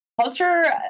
Culture